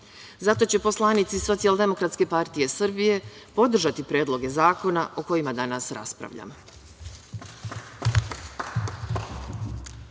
Zato će poslanici Socijaldemokratske partije Srbije podržati predloge zakona o kojima danas raspravljamo.